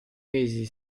mesi